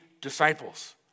disciples